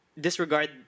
disregard